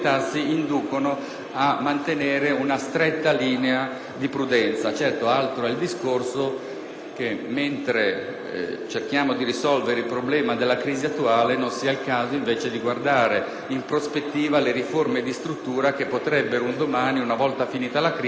a mantenere una stretta linea di prudenza. Certo, altro è il discorso che, mentre cerchiamo di risolvere il problema della crisi attuale, non sia il caso invece di guardare in prospettiva alle riforme di struttura che potrebbero un domani, una volta finita la crisi, consentire a